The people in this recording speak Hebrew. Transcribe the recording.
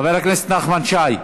חבר הכנסת נחמן שי.